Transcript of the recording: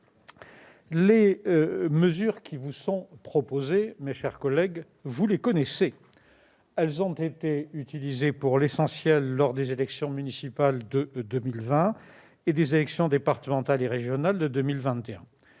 les mesures qui vous sont proposées, vous les connaissez. Elles ont été utilisées pour l'essentiel lors des élections municipales de 2020 et des élections départementales et régionales de 2021.